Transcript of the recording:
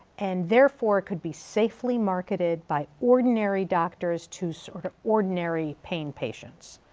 and therefore could be safely marketed by ordinary doctors to sort of ordinary pain patients.